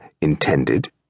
intended